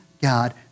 God